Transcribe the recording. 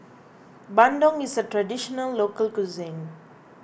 Bandung is a Traditional Local Cuisine